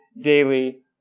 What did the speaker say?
daily